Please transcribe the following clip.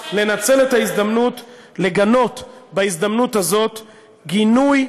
לנצל את ההזדמנות לגנות בהזדמנות הזאת גינוי,